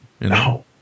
No